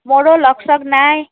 মোৰো লগ চগ নাই